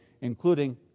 including